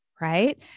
right